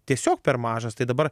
tiesiog per mažas tai dabar